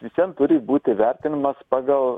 visvien turi būti vertinamas pagal